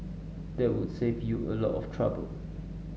that would save you a lot of trouble